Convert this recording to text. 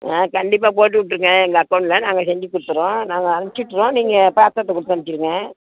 ஆ கண்டிப்பாக போட்டு விட்ருங்க எங்கள் அக்கௌண்ட்டில் நாங்கள் செஞ்சுக் கொடுத்துறோம் நாங்கள் அனுச்சி விட்டுறோம் நீங்கள் பாத்திரத்த கொடுத்து அனுச்சிருங்க